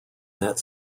that